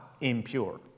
impure